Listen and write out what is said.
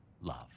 love